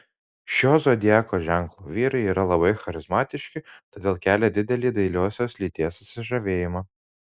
šio zodiako ženklo vyrai yra labai charizmatiški todėl kelia didelį dailiosios lyties susižavėjimą